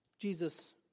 Jesus